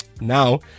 Now